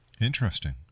Interesting